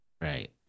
Right